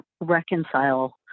reconcile